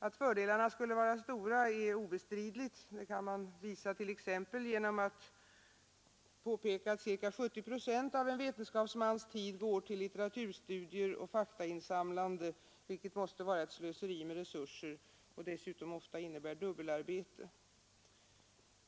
Att fördelarna skulle vara stora är obestridligt. Det visas t.ex. av att ca 70 procent av en vetenskapsmans tid går till litteraturstudier och faktainsamlande, vilket måste vara ett slöseri med resurser och dessutom ofta innebär dubbelarbete.